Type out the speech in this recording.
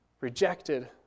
rejected